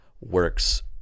works